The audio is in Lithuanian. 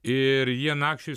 ir jie nakčiai